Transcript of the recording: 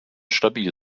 stabil